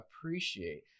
appreciate